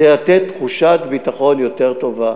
כדי לתת תחושת ביטחון יותר טובה.